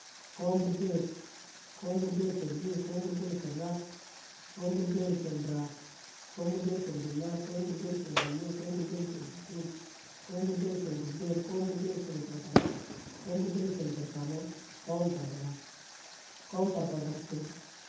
Ko̱mburbeer, ko̱m burbeer sher din ko̱mburbeersher rab, ko̱mburbeer sher birab, ko̱mburbeersher binnaar ko̱mburbeersherbinnung, ko̱mburbeersherburkuun, ko̱m burbersherburbeer, ko̱mburbeersherfarfada ko̱mburbeershertirkamo, ko̱mfarfada ko̱mfarfashiru.